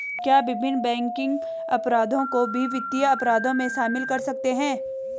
क्या विभिन्न बैंकिंग अपराधों को भी वित्तीय अपराधों में शामिल कर सकते हैं?